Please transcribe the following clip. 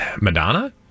Madonna